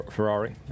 Ferrari